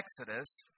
Exodus